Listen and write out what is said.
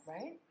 Right